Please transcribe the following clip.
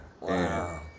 wow